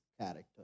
character